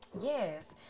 Yes